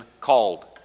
called